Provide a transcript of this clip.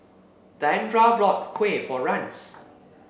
Diandra bought Kuih for Rance